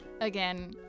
again